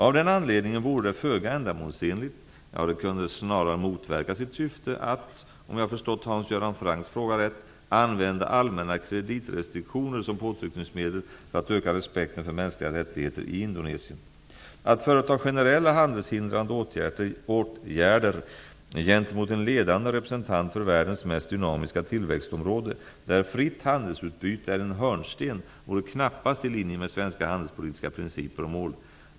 Av den anledningen vore det föga ändamålsenligt, ja det kunde snarare motverka sitt syfte, att, om jag förstått Hans Göran Francks fråga rätt, använda allmänna kreditrestriktioner som påtryckningsmedel för att öka respekten för mänskliga rättigheter i Indonesien. Att företa generella handelshindrande åtgärder gentemot en ledande representant för världens mest dynamiska tillväxtområde, där fritt handelsutbyte är en hörnsten, vore knappast i linje med svenska handelspolitiska principer och mål.